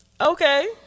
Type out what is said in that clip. Okay